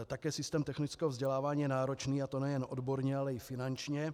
Také systém technického vzdělávání je náročný, a to nejen odborně, ale i finančně.